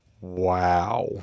Wow